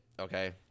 okay